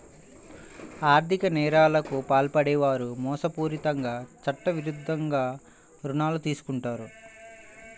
ఆర్ధిక నేరాలకు పాల్పడే వారు మోసపూరితంగా చట్టవిరుద్ధంగా రుణాలు తీసుకుంటారు